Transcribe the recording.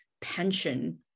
pension